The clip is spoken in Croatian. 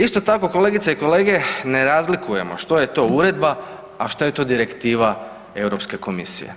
Isto tako kolegice i kolege, ne razlikujemo što je to uredba, a što je to direktiva Europske komisije.